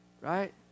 Right